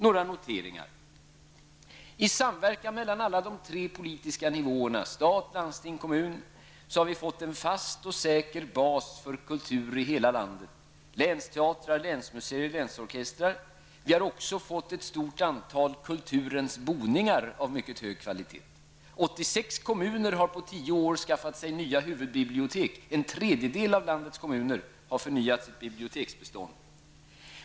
Några noteringar: I samverkan mellan alla de tre politiska nivåerna -- stat, landsting och kommun -- har vi fått en fast och säker bas för kultur i hela landet -- länsteatrar, länsmuseer och länsorkestrar. Vi har också fått ett stort antal kulturens boningar av mycket hög kvalitet. 86 kommuner har på tio år skaffat sig nya huvudbibliotek; en tredjedel av landets kommuner har förnyat sitt biblioteksbistånd.